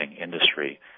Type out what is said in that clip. industry